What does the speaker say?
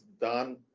done